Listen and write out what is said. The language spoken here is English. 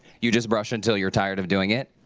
you just brush until you're tired of doing it?